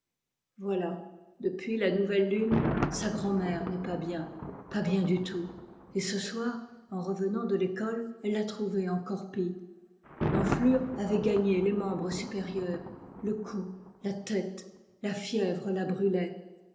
voilà depuis la nouvelle lune sa grand mère n'est pas bien pas bien du tout et ce soir en revenant de l'école elle l a trouvée encore pis l'enflure avait gagné les membres supérieurs le cou la tête la fièvre la brûlait